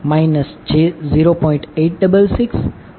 5j0